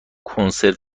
کنسرو